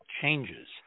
changes